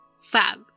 Fab